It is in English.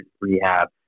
rehab